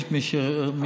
אני יודעת.